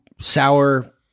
sour